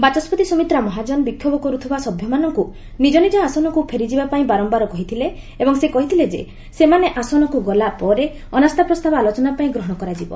ବାଚସ୍ୱତି ସୁମିତ୍ରା ମହାଜନ ବିକ୍ଷୋଭ କରୁଥିବା ସଭ୍ୟମାନଙ୍କୁ ନିଜ ନିଜ ଆସନକୁ ଫେରିଯିବା ପାଇଁ ବାରମ୍ଭାର କହିଥିଲେ ଏବଂ ସେ କହିଥିଲେ ଯେ ସେମାନେ ଆସନକୁ ଗଲାପରେ ଅନାସ୍ଥା ପ୍ରସ୍ତାବ ଆଲୋଚନା ପାଇଁ ଗ୍ରହଣ କରାଯିବ